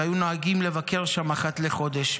והיו נוהגים לבקר שם אחת לחודש.